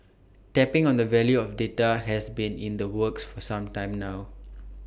tapping on the value of data has been in the works for some time now